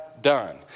done